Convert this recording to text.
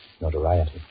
Notoriety